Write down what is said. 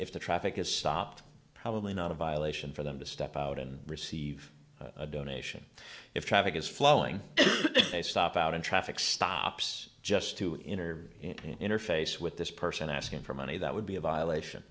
if the traffic is stopped probably not a violation for them to step out and receive a donation if traffic is flowing they stop out in traffic stops just to interface with this person asking for money that would be a violation